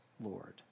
Lord